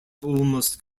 almost